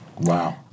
Wow